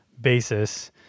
basis